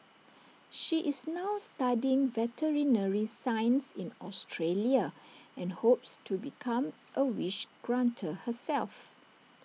she is now studying veterinary science in Australia and hopes to become A wish granter herself